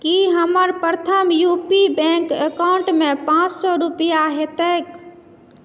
की हमर प्रथम U P bank account मे पाँच सए रुपिया हेतैक